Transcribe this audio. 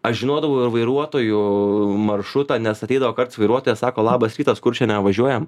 aš žinodavau ir vairuotojų maršrutą nes ateidavo kartais vairuotojas sako labas rytas kur šiandien važiuojam